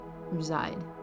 reside